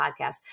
podcast